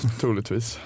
troligtvis